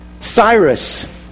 Cyrus